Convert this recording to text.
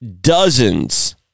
dozens